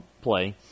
play